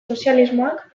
sozialismoak